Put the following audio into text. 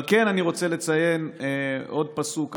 אבל כן אני רוצה לציין עוד פסוק,